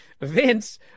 Vince